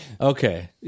Okay